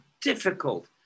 difficult